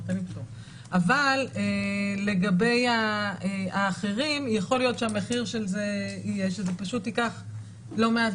אבל לגבי האחרים יכול להיות שהמחיר של זה יהיה שזה פשוט ייקח לא מעט